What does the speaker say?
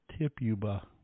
Tipuba